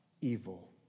Evil